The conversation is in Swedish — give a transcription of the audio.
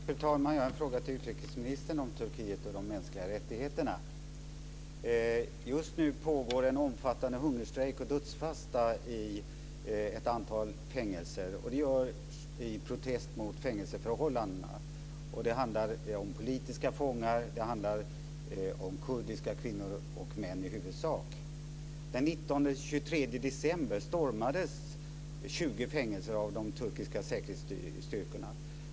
Fru talman! Jag har en fråga till utrikesministern om Turkiet och de mänskliga rättigheterna. Just nu pågår en omfattande hungerstrejk och dödsfasta i ett antal fängelser. Det sker i protest mot fängelseförhållandena. Det handlar om politiska fångar, och det handlar i huvudsak om kurdiska kvinnor och män. Den 19-23 december stormades 20 fängelser av de turkiska säkerhetsstyrkorna.